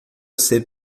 ser